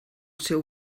seu